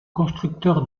constructeur